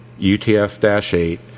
UTF-8